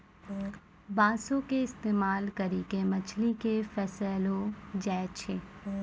बांसो के इस्तेमाल करि के मछली के फसैलो जाय छै